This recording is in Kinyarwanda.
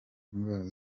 indwara